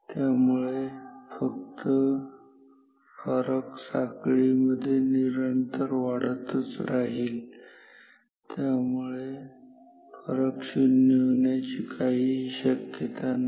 त्यामुळे हा फरक साखळीमध्ये निरंतर वाढतच राहील त्यामुळे हा फरक शून्य होण्याची काहीही शक्यता नाही